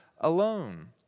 alone